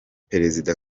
perezida